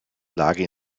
lage